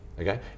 Okay